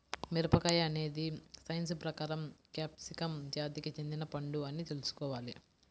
మిరపకాయ అనేది సైన్స్ ప్రకారం క్యాప్సికమ్ జాతికి చెందిన పండు అని తెల్సుకోవాలి